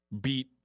beat